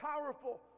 powerful